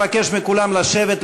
אבקש מכולכם לשבת,